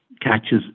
catches